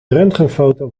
röntgenfoto